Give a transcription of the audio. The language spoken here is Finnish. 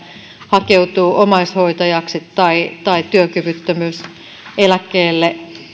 hakeutuu omaishoitajaksi tai tai työkyvyttömyyseläkkeelle